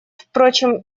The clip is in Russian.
впрочем